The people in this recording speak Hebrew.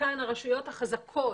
כאן הרשויות החזקות,